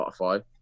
Spotify